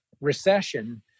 recession